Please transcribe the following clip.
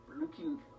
looking